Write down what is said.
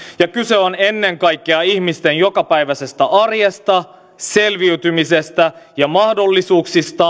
ja kyse on ennen kaikkea ihmisten jokapäiväisestä arjesta selviytymisestä ja mahdollisuuksista